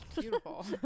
Beautiful